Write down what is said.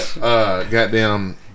Goddamn